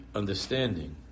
understanding